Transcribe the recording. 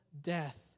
death